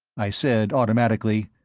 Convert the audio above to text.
i said automatically,